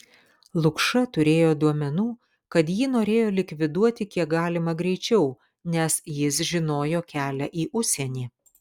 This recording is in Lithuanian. lukša turėjo duomenų kad jį norėjo likviduoti kiek galima greičiau nes jis žinojo kelią į užsienį